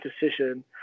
decision